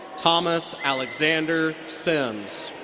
thomas alexander simms.